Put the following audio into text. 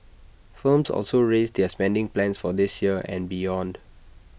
firms also raised their spending plans for this year and beyond